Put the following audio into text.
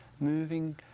moving